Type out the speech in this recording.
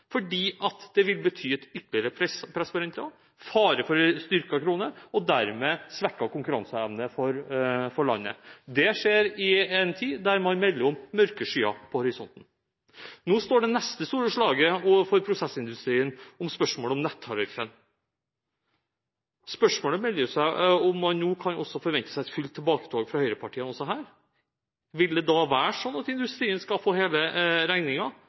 fordi det vil bety et ytterligere press på renten, fare for styrket krone og dermed svekket konkurranseevne for landet. Det skjer i en tid der man melder om mørke skyer i horisonten. Nå står det neste store slaget overfor prosessindustrien om spørsmål om nettariffen. Spørsmålet melder seg – om man nå kan forvente seg et fullt tilbaketog fra høyrepartiene også her. Vil det da være slik at industrien skal få hele